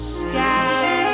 sky